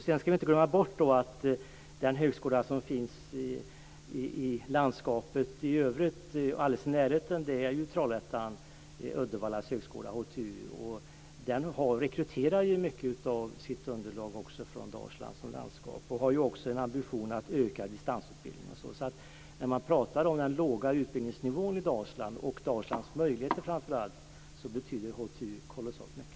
Sedan skall vi inte glömma bort att den högskola som finns i landskapet i övrigt alldeles i närheten, Trollhättan Uddevalla kolossalt mycket.